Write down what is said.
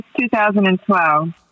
2012